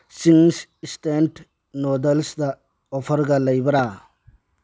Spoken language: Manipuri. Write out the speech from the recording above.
ꯆꯤꯡꯁ ꯁ꯭ꯇꯦꯟꯗ ꯅꯣꯗꯜꯁꯇ ꯑꯣꯐꯔꯒ ꯂꯩꯕ꯭ꯔꯥ